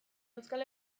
euskal